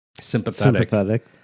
Sympathetic